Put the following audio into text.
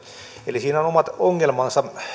eli siinä on omat ongelmansa